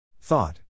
thought